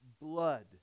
blood